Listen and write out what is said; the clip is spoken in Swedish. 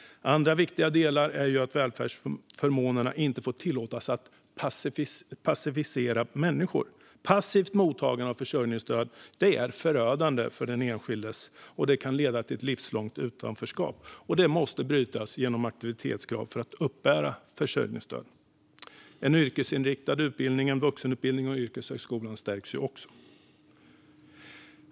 Andra viktiga delar är att välfärdsförmånerna inte får tillåtas passivisera människor. Passivt mottagande av försörjningsstöd är förödande för den enskilde, och det kan leda till ett livslångt utanförskap. Det måste brytas genom aktivitetskrav för att uppbära försörjningsstöd. Den yrkesinriktade utbildningen, vuxenutbildningen och yrkeshögskolan stärks också.